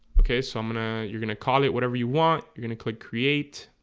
okay, so i'm gonna you're gonna. call it whatever you want. you're gonna click create